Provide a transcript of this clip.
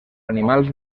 animals